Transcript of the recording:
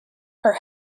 her